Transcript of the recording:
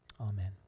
Amen